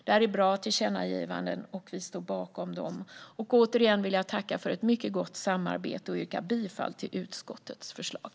Det här är bra tillkännagivanden och vi står bakom dem. Återigen vill jag tacka för ett mycket gott samarbete och yrka bifall till utskottets förslag.